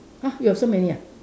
!huh! you got so many ah